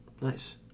Nice